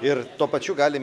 ir tuo pačiu galim